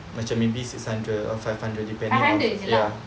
but maybe six hundred or five hundred depending ya